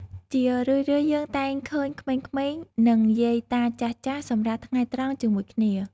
ជារឿយៗ យើងតែងឃើញ ក្មេងៗ និងយាយតាចាស់ៗសម្រាកថ្ងៃត្រង់ជាមួយគ្នា។